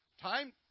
Time